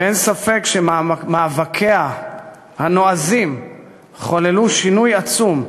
ואין ספק שמאבקיה הנועזים חוללו שינוי עצום,